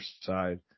side